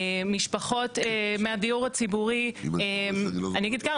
משפחות מהדיור הציבורי אני אגיד ככה,